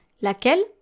Laquelle